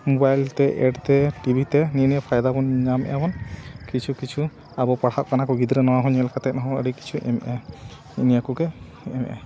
mobile ᱛᱮ ᱮᱰᱛᱮ ᱴᱤᱵᱷᱤᱛᱮ ᱱᱤᱭᱟᱹ ᱱᱤᱭᱟᱹ ᱯᱷᱟᱭᱫᱟ ᱵᱚᱱ ᱧᱟᱢᱮᱫᱼᱟᱵᱚᱱ ᱠᱤᱪᱷᱩ ᱠᱤᱪᱷᱩ ᱟᱵᱚ ᱯᱟᱲᱦᱟᱜ ᱠᱟᱱᱟ ᱠᱚ ᱜᱤᱫᱽᱨᱟᱹ ᱱᱚᱣᱟ ᱦᱚᱸ ᱧᱮᱞ ᱠᱟᱛᱮ ᱦᱚᱸ ᱟᱹᱰᱤ ᱠᱤᱪᱷᱩ ᱮᱢᱮᱜᱼᱟ ᱱᱤᱭᱟᱹ ᱠᱚᱜᱮ ᱮᱢᱮᱜᱼᱟ